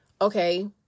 okay